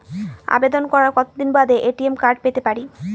আবেদন করার কতদিন বাদে এ.টি.এম কার্ড পেতে পারি?